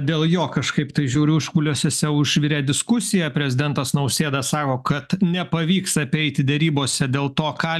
dėl jo kažkaip tai žiūriu užkulisiuose užvirė diskusija prezidentas nausėda sako kad nepavyks apeiti derybose dėl to ką